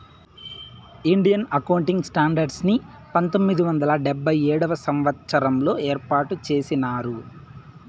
Indian accounting standards ని పంతొమ్మిది వందల డెబ్భై ఏడవ సంవచ్చరంలో ఏర్పాటు చేసినారు